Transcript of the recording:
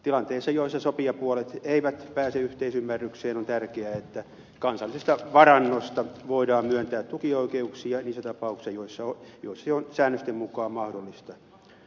tilanteissa joissa sopijapuolet eivät pääse yhteisymmärrykseen on tärkeää että kansallisesta varannosta voidaan myöntää tukioikeuksia niissä tapauksissa joissa se on säännösten mukaan mahdollista